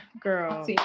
girl